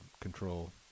control